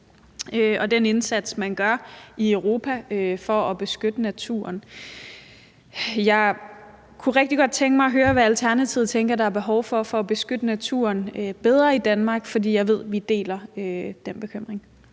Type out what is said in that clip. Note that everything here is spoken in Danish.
og den indsats, man gør i Europa for at beskytte naturen. Jeg kunne rigtig godt tænke mig at høre, hvad Alternativet tænker at der er behov for for at beskytte naturen bedre i Danmark, for jeg ved, at vi deler den bekymring.